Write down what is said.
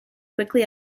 quickly